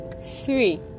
three